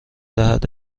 دهد